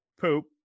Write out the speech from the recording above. poop